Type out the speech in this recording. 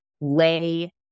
lay